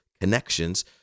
connections